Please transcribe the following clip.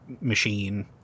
machine